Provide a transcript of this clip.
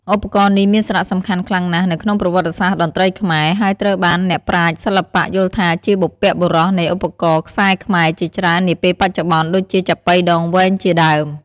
ឧបករណ៍នេះមានសារៈសំខាន់ខ្លាំងណាស់នៅក្នុងប្រវត្តិសាស្រ្តតន្ត្រីខ្មែរ ហើយត្រូវបានអ្នកប្រាជ្ញសិល្បៈយល់ថាជាបុព្វបុរសនៃឧបករណ៍ខ្សែខ្មែរជាច្រើននាពេលបច្ចុប្បន្ន ដូចជាចាប៉ីដងវែងជាដើម។